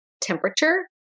temperature